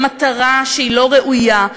למטרה שהיא לא ראויה,